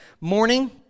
morning